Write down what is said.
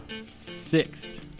Six